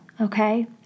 okay